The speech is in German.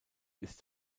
ist